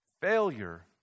failure